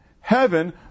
heaven